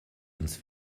uns